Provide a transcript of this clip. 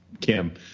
Kim